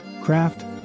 craft